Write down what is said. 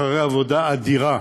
אחרי עבודה אדירה